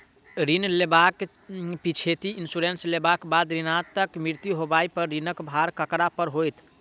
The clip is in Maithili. ऋण लेबाक पिछैती इन्सुरेंस लेबाक बाद ऋणकर्ताक मृत्यु होबय पर ऋणक भार ककरा पर होइत?